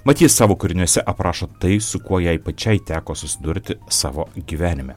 mat ji savo kūriniuose aprašo tai su kuo jai pačiai teko susidurti savo gyvenime